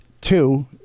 Two